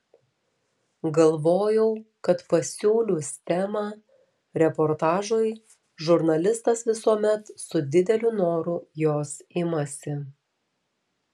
galvojau kad pasiūlius temą reportažui žurnalistas visuomet su dideliu noru jos imasi